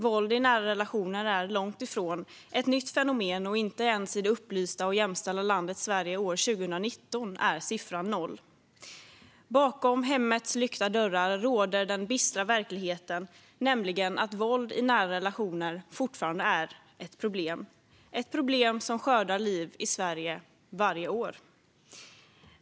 Våld i nära relationer är långt ifrån ett nytt fenomen, och inte ens i det upplysta och jämställda landet Sverige år 2019 är siffran noll. Bakom hemmets lyckta dörrar råder den bistra verkligheten, nämligen att våld i nära relationer fortfarande är ett problem. Det är ett problem som skördar liv i Sverige varje år.